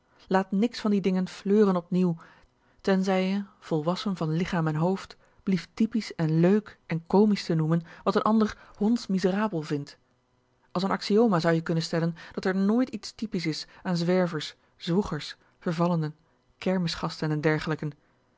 laat niks van die dingen fleuren opnieuw tenzij je volwassen van lichaam en hoofd blieft typisch en leuk en komisch te noemen wat n ander hondsch miserabel vindt als n axioma zou je kunnen stellen dat er nooit iets typisch is aan zwervers zwoegers vervallenen kermisgasten en dergelijken